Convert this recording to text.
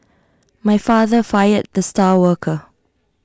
my father fired the star worker